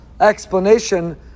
explanation